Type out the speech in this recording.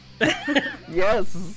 Yes